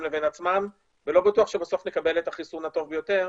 לבין עצמם ולא בטוח שבסוף נקבל את החיסון הטוב ביותר